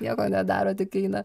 nieko nedaro tik eina